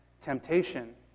temptation